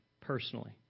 personally